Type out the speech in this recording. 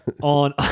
on